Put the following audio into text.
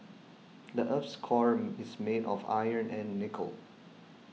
the earth's core is made of iron and nickel